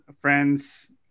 friends